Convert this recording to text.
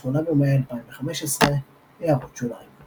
8 במאי 2015 == הערות שוליים ==